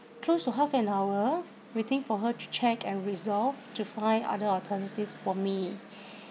close to half an hour waiting for her to check and resolve to find other alternatives for me